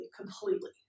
completely